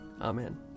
Amen